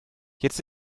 jetzt